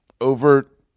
overt